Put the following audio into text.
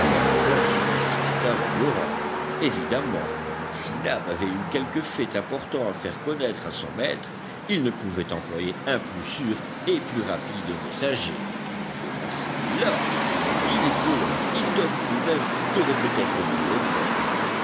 se précipita vers l'orang évidemment si nab avait eu quelque fait important à faire connaître à son maître il ne pouvait employer un plus sûr et plus rapide messager qui pouvait passer là où ni les colons ni top lui-même n'auraient peut-être pu le faire